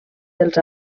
dels